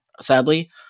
sadly